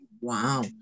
Wow